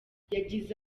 yagize